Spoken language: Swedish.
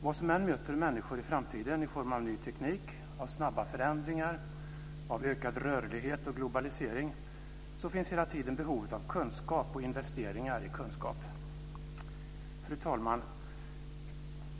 Vad som än möter människor i framtiden i form av ny teknik, snabba förändringar och ökad rörlighet och globalisering så finns hela tiden behovet av kunskap och investeringar i kunskap. Fru talman!